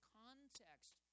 context